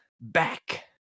back